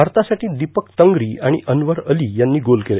भारतासाठी दिपक तंत्री आणि अन्वर अली यांनी गोल केले